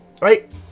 Right